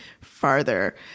farther